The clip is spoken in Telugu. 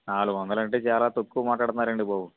నాలుగు వందలంటే చాల తక్కువ మాట్లాడతన్నారండి బాబు